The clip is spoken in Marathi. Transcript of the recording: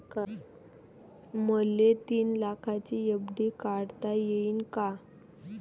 मले तीन लाखाची एफ.डी काढता येईन का?